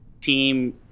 team